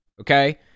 okay